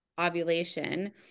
ovulation